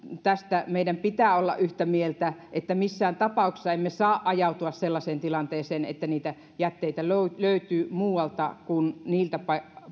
tästä meidän pitää olla yhtä mieltä että missään tapauksessa emme saa ajautua sellaiseen tilanteeseen että jätteitä löytyy muualta kuin niiltä